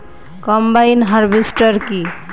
Combine harvester কি?